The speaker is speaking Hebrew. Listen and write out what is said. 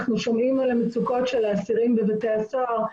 אנחנו שומעים על המצוקות של האסירים בבתי הסוהר,